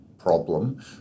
problem